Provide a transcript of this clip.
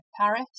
Paris